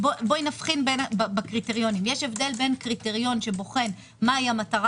בואי נבחין יש הבדל בין קריטריון שבוחן מה המטרה